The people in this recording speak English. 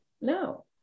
No